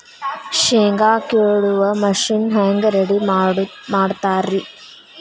ಶೇಂಗಾ ಕೇಳುವ ಮಿಷನ್ ಹೆಂಗ್ ರೆಡಿ ಮಾಡತಾರ ರಿ?